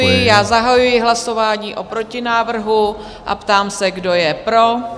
Já zahajuji hlasování o protinávrhu a ptám se, kdo je pro?